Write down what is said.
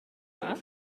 dda